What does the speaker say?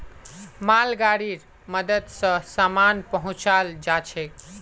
मालगाड़ीर मदद स सामान पहुचाल जाछेक